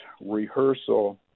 rehearsal